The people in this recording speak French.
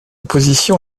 position